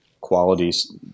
qualities